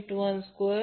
8125 j2695